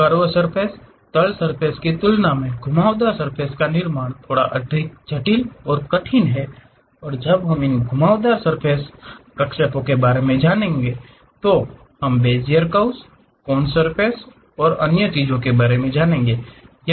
curve surface तल surface की तुलना में घुमावदार सर्फ़ेस का निर्माण थोड़ा अधिक जटिल और कठिन है और जब हम इन घुमावदार सर्फ़ेस प्रक्षेपों के बारे में जानने जा रहे हैं तो बेज़ियर कर्व्स कॉन्स सर्फ़ेस और अन्य चीजें आती हैं